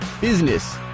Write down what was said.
Business